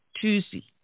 Tuesday